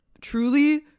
truly